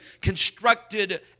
constructed